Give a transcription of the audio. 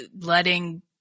letting